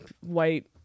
white